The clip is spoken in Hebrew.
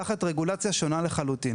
תחת רגולציה שונה לחלוטין.